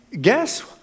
guess